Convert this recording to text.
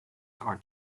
are